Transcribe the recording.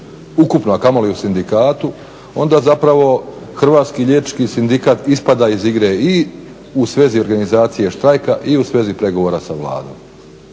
ukupno a kamoli u sindikatu onda zapravo hrvatski liječnički sindikat ispada iz igre i u svezi organizacije štrajka i u svezi pregovora sa Vladom.